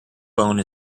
bone